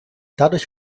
dadurch